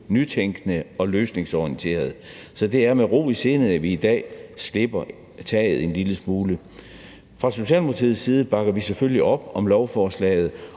nytænkende og løsningsorienterede. Så det er med ro i sindet, at vi i dag slipper taget en lille smule. Fra Socialdemokratiets side bakker vi selvfølgelig op om lovforslaget,